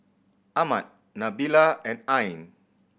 Ahmad Nabila and Ain